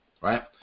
Right